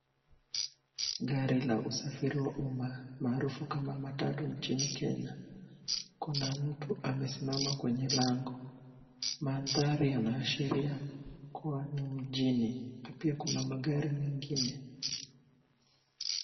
Gari la usafiri wa umma maarufu kama matatu nchini Kenya. Kuna mtu amesimama kwenye lango. Mandhari yanaashiria kuwa ni mjini. Pia kuna magari mengine.